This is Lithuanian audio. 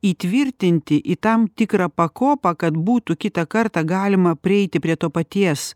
įtvirtinti į tam tikrą pakopą kad būtų kitą kartą galima prieiti prie to paties